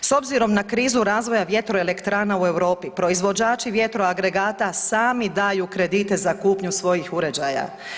S obzirom na krizu razvoja vjetroelektrana u Europi proizvođači vjetroagregata sami daju kredite za kupnju svojih uređaja.